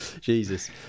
jesus